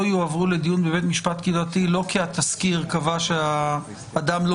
יועברו לדיון בבית משפט לא כי התסקיר קבע שאדם לא